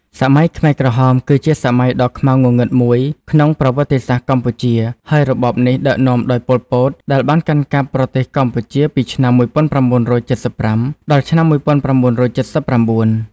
សម័យខ្មែរក្រហម គឺជាសម័យដ៏ខ្មៅងងឹតមួយក្នុងប្រវត្តិសាស្ត្រកម្ពុជា ហើយរបបនេះដឹកនាំដោយប៉ុលពតដែលបានកាន់កាប់ប្រទេសកម្ពុជាពីឆ្នាំ១៩៧៥ ដល់ឆ្នាំ១៩៧៩។